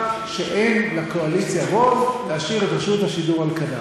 שאין לקואליציה רוב להשאיר את רשות השידור על כנה.